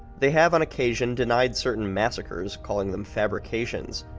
they have on occasion denied certain massacres, calling them fabrications.